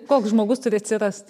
koks žmogus turi atsirast